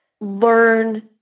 learn